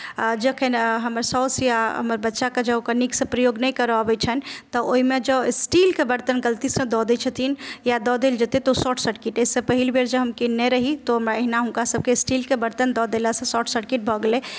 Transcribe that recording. जखन हमर सासु या हमर बच्चाकेँ जे ओ नीकसँ प्रयोग करय नहि अबैत छनि तऽ ओहिमे जँ स्टीलके बर्तन गलतीसँ दऽ दैत छथिन या दऽ देल जेतै तऽ शॉर्ट सर्किट एहिसँ पहिने जे हम किनने रही तऽ हमरा एहिना हिनकासभके स्टीलके बर्तन देलासँ शार्ट सर्किट भऽ गेलै